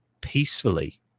peacefully